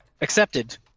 accepted